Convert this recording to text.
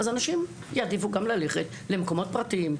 אז אנשים יעדיפו ללכת למקומות פרטיים,